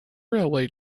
railway